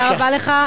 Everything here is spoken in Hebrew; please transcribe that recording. תודה רבה לך.